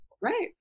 Right